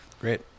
Great